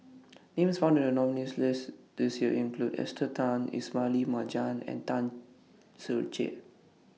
Names found in The nominees' list This Year include Esther Tan Ismail Marjan and Tan Ser Cher